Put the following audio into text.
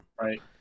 right